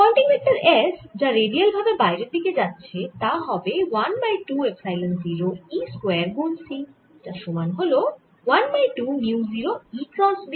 Poynting vector S যা radial ভাবে বাইরের দিকে যাচ্ছে তা হবে 1 বাই 2 এপসাইলন 0 E স্কয়ার গুন c যার সমান হল 1 by 2 mu 0 E cross B